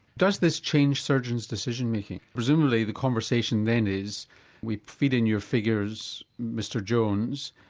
does this change surgeons' decision-making? presumably the conversation then is we're feeding your figures, mr jones,